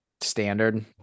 standard